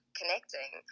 connecting